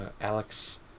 Alex